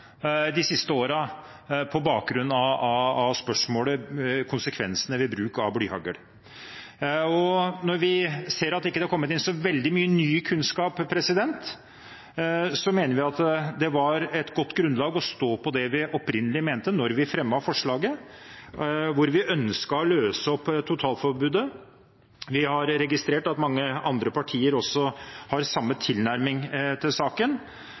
de siste årene på bakgrunn av spørsmålet om konsekvensene ved bruk av blyhagl. Når vi ser at det ikke har kommet inn så veldig mye ny kunnskap, mener vi at det var et godt grunnlag å stå på det vi opprinnelig mente da vi fremmet forslaget, hvor vi ønsket å løse opp totalforbudet. Vi har registrert at mange andre partier også har samme tilnærming til saken.